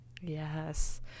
Yes